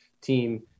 team